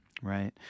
right